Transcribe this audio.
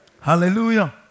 Hallelujah